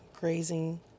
Grazing